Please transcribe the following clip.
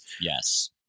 Yes